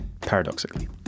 Paradoxically